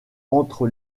entre